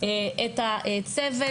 את הצוות.